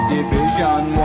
Division